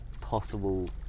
possible